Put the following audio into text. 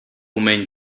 men